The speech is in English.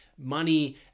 money